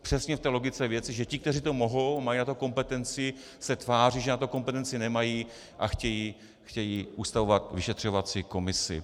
Přesně v té logice věci, že ti, kteří to mohou, mají na to kompetenci, se tváří, že na to kompetenci nemají a chtějí ustavovat vyšetřovací komisi.